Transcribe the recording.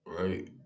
right